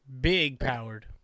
Big-powered